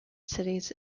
cities